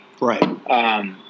right